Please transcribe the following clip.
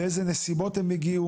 באילו נסיבות הם הגיעו?